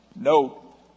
Note